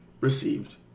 received